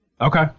Okay